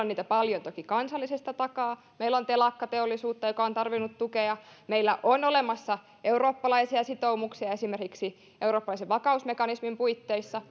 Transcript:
niitä paljon toki kansallisesti omasta takaa meillä on telakkateollisuutta joka on tarvinnut tukea meillä on olemassa eurooppalaisia sitoumuksia esimerkiksi eurooppalaisen vakausmekanismin puitteissa